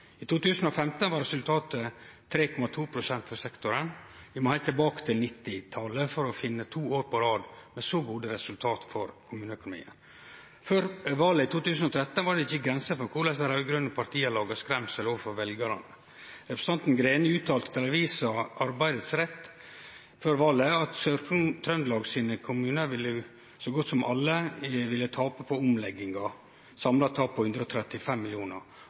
I 2015 var resultatet 3,2 pst. for sektoren. Vi må heilt tilbake til 1990-talet for å finne to år på rad med så gode resultat for kommuneøkonomien. Før valet i 2013 var det ikkje grenser for korleis dei raud-grøne partia lagde skremsel overfor veljarane. Representanten Greni uttalte til avisa Arbeidets Rett før valet at i Sør-Trøndelag ville så godt som alle kommunar tape på omlegginga, eit samla tap på 135